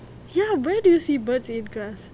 ya where do you see birds eat grass he didn't have brands ya